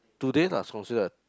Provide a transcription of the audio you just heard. today lah considered